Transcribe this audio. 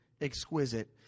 exquisite